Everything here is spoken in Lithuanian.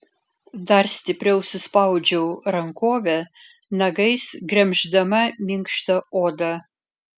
dar stipriau suspaudžiau rankovę nagais gremždama minkštą odą